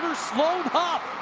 slow hop.